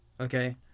Okay